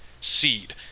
seed